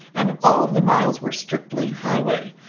and all of the miles were strictly highway.